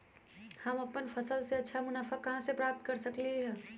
हम अपन फसल से अच्छा मुनाफा कहाँ से प्राप्त कर सकलियै ह?